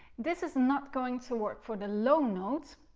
this is not going to work for the low notes